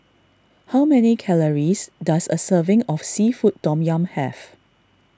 how many calories does a serving of Seafood Tom Yum have